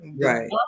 Right